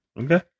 Okay